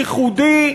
ייחודי,